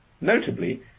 Notably